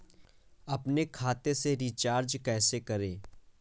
अपने खाते से रिचार्ज कैसे करें?